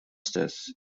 stess